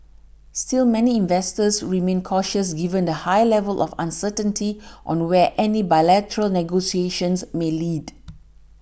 still many investors remained cautious given the high level of uncertainty on where any bilateral negotiations may lead